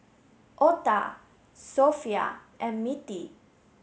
Otha Sophia and Mittie